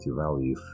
value